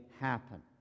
happen